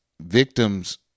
victims